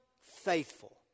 faithful